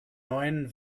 neuen